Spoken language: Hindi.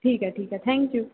ठीक है ठीक है थैंक यू